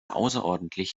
außerordentlich